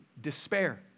despair